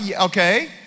Okay